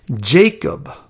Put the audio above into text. Jacob